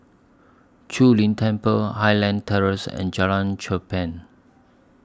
Zu Lin Temple Highland Terrace and Jalan Cherpen